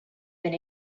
been